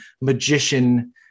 magician